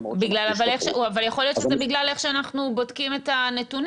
למרות ש --- אבל יכול להיות שזה בגלל איך שאנחנו בודקים את הנתונים,